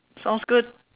sounds good